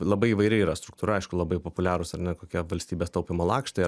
labai įvairi yra struktūra aišku labai populiarūs ar ne kokie valstybės taupymo lakštai